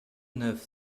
neuf